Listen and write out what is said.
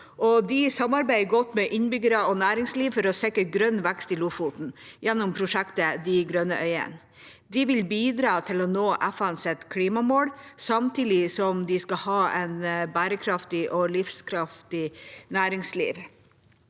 de samarbeider godt med innbyggere og næringsliv for å sikre grønn vekst i Lofoten gjennom prosjektet De grønne øyene. De vil bidra til å nå FNs klimamål samtidig som de skal ha et bærekraftig og livskraftig næringsliv.